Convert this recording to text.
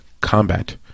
Combat